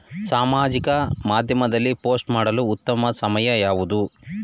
ಸಾಮಾಜಿಕ ಮಾಧ್ಯಮದಲ್ಲಿ ಪೋಸ್ಟ್ ಮಾಡಲು ಉತ್ತಮ ಸಮಯ ಯಾವುದು?